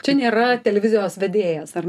čia nėra televizijos vedėjas ar